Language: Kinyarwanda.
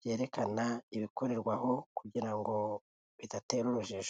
byerekana ibikorerwaho kugira bidatera urujijo.